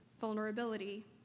vulnerability